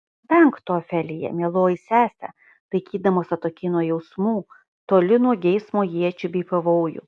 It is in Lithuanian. venk to ofelija mieloji sese laikydamos atokiai nuo jausmų toli nuo geismo iečių bei pavojų